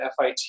FIT